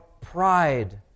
pride